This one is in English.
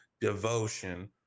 Devotion